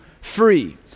free